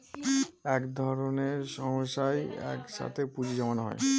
এক ধরনের সংস্থায় এক সাথে পুঁজি জমানো হয়